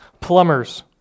plumbers